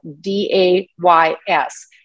D-A-Y-S